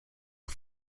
are